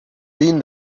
been